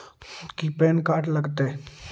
की PAN card लग तै?